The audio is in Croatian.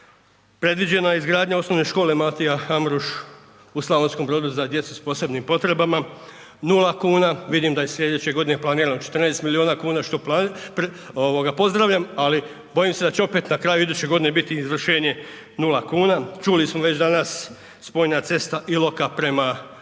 Predviđena je izgradnja Osnovne škole Matija Amruš u Slavonskom Brodu za djecu sa posebnim potrebama nula kuna. Vidim da je sljedeće godine planirano 14 milijuna kuna što pozdravljam, ali bojim se da će opet na kraju iduće godine biti izvršenje nula kuna. Čuli smo već danas spojna cesta Iloka prema autocesti,